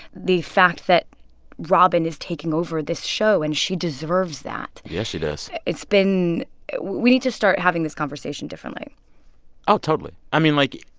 the fact that robin is taking over this show and she deserves that yeah, she does it's been we need to start having this conversation differently ah totally. i mean, like,